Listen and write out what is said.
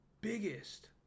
biggest